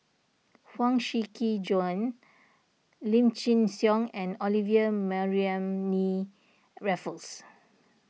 Huang Shiqi Joan Lim Chin Siong and Olivia Mariamne Raffles